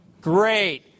great